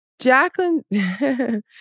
Jacqueline